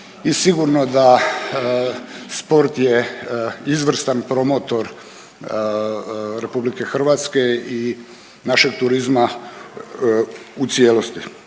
i sigurno da sport je izvrstan promotor RH i našeg turizma u cijelosti.